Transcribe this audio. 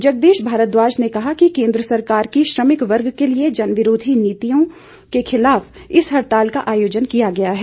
जगदीश भारद्वाज ने कहा कि केंद्र सरकार की श्रमिक वर्ग के लिए जनविरोधी नीतियों के खिलाफ इस हड़ताल का आयोजन किया गया है